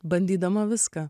bandydama viską